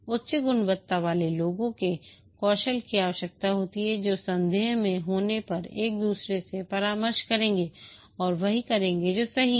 उच्च गुणवत्ता वाले लोगों के कौशल की आवश्यकता होती है जो संदेह में होने पर एक दूसरे से परामर्श करेंगे और वही करेंगे जो सही है